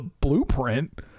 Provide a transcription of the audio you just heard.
blueprint